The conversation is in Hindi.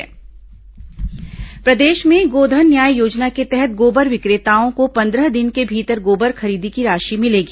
गोधन न्याय योजना प्रदेश में गोधन न्याय योजना के तहत गोबर विक्रेताओं को पन्द्रह दिन के भीतर गोबर खरीदी की राशि मिलेगी